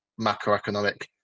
macroeconomic